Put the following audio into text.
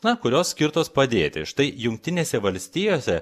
na kurios skirtos padėti štai jungtinėse valstijose